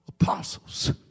apostles